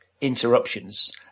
interruptions